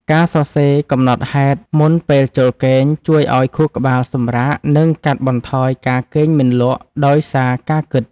ការសរសេរកំណត់ហេតុមុនពេលចូលគេង ជួយឱ្យខួរក្បាលសម្រាក និងកាត់បន្ថយការគេងមិនលក់ដោយសារការគិត។